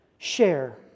Share